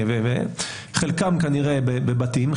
וחלקן כנראה בבתים,